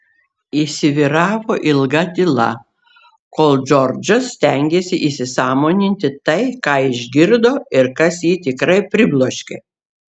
įsivyravo ilga tyla kol džordžas stengėsi įsisąmoninti tai ką išgirdo ir kas jį tikrai pribloškė